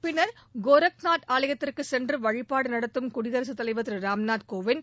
பின்னா் கோரக்நாத் ஆலயத்திற்கு சென்று வழிபாடு நடத்தும் குடியரசுத்தலைவா் திரு ராம்நாத் கோவிந்த்